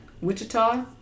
Wichita